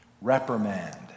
reprimand